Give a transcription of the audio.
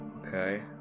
Okay